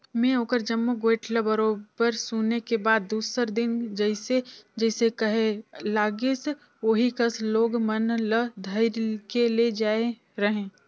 में ओखर जम्मो गोयठ ल बरोबर सुने के बाद दूसर दिन जइसे जइसे कहे लाइस ओही कस लोग मन ल धइर के ले जायें रहें